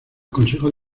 consejo